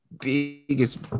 biggest